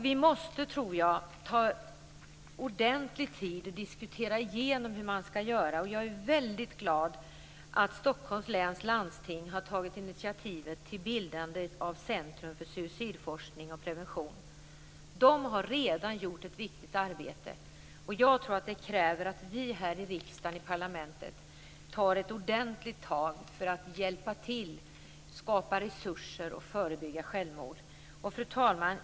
Vi måste, tror jag, ta ordentlig tid på oss och diskutera igenom hur man skall göra. Jag är väldigt glad att Stockholms läns landsting har tagit initiativet till bildandet av Centrum för suicidforskning och prevention. De har redan gjort ett viktigt arbete. Jag tror att det krävs att vi här i riksdagen - i parlamentet - tar ett ordentligt tag för att hjälpa till, skapa resurser och förebygga självmord. Fru talman!